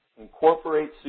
incorporate